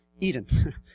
Eden